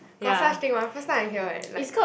got such thing [one] first time I hear [right] like